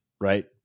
right